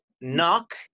Knock